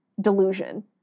delusion